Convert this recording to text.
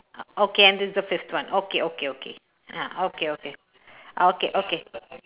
okay and this is the fifth one okay okay okay ya okay okay okay okay